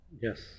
Yes